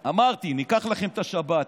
אמרתי: ניקח לכם את השבת,